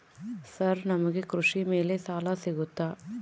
Sir ನಮಗೆ ಕೃಷಿ ಮೇಲೆ ಸಾಲ ಸಿಗುತ್ತಾ?